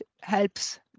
helps